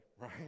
right